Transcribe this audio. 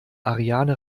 ariane